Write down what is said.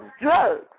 drugs